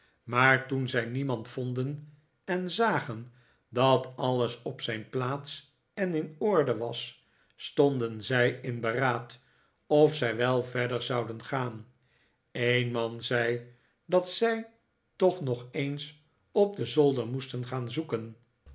maar toen zij niemand vonden en zagen dat alles op zijn plaats en in orde was stonden zij in beraad of zij wel verder zouden gaan een man zei dat zij toch nog eens op den zolder moesten gaan zoeken